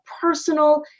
personal